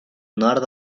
nord